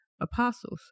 apostles